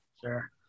Sure